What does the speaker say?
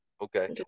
Okay